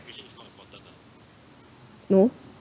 no